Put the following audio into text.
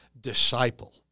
disciple